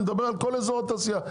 אני מדבר על כל אזור התעשייה.